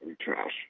trash